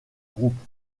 groupe